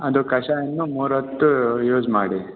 ಅದು ಕಷಾಯವನ್ನು ಮೂರು ಹೊತ್ತೂ ಯೂಸ್ ಮಾಡಿ